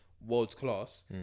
world-class